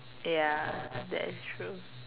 ya that is true